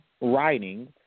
writing